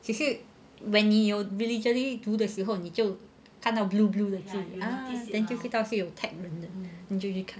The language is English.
只是 when 你有 diligently 读的时候你就看到 blue blue 的字 ah then 就知道有 tag then 你就去看